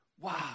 wow